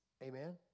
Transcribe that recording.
Amen